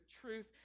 truth